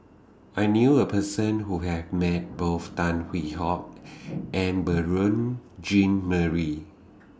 I knew A Person Who has Met Both Tan Hwee Hock and Beurel Jean Marie